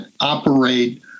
operate